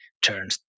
turns